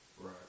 Right